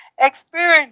experience